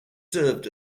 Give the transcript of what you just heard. served